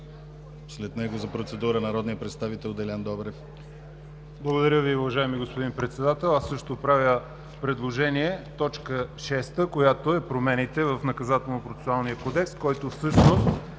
След него за процедура народният представител Делян Добрев. ЯВОР ХАЙТОВ (БДЦ-НС): Благодаря Ви, уважаеми господин Председател. Аз също правя предложение т. 6, която е: промените в Наказателнопроцесуалния кодекс, който всъщност